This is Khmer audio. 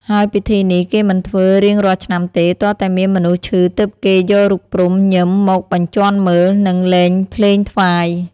ហើយពិធីនេះគេមិនធ្វើរាងរាល់ឆ្នាំទេ ទាល់តែមានមនុស្សឈឺទើបគេយករូបព្រំុ-ញឹម មកបញ្ជាន់មើល និងលេងភ្លេងថ្វាយ។